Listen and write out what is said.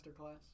masterclass